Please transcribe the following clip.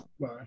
Bye